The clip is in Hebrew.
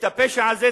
את הפשע הזה,